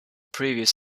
previous